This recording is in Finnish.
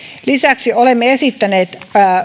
lisäksi olemme esittäneet